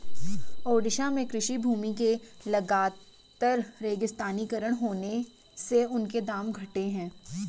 ओडिशा में कृषि भूमि के लगातर रेगिस्तानीकरण होने से उनके दाम घटे हैं